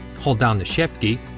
hold down the shift key,